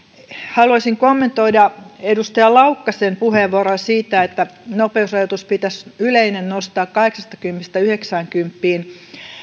haluaisin kommentoida edustaja laukkasen puheenvuoroa siitä että yleinen nopeusrajoitus pitäisi nostaa kahdeksastakympistä yhdeksäänkymppiin